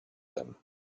them